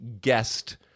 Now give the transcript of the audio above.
guest